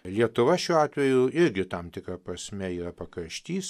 lietuva šiuo atveju irgi tam tikra prasme yra pakraštys